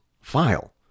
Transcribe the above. file